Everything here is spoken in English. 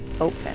open